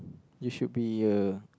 you should be a